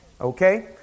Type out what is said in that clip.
Okay